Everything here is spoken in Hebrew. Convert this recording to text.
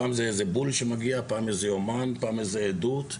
פעם זה בול שמגיע, פעם איזה יומן, פעם איזו עדות,